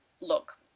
look